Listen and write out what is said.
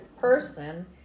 person